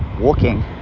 walking